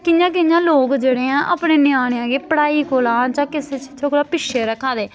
कि'यां कि'यां लोक जेह्ड़े ऐ अपने ञ्यानें गी पढ़ाई कोला जां किसे चीजे कोला पिच्छे रक्खा दे